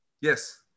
Yes